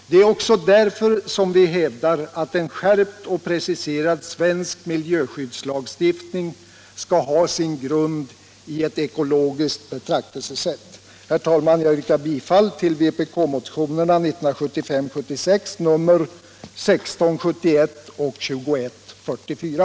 Det är också därför som vi hävdar att en skärpt och preciserad svensk miljöskyddslagstiftning skall ha sin grund i ett ekologiskt betraktelsesätt. Herr talman! Jag yrkar bifall till vpk-motionerna 1975/76:1671 och 2144.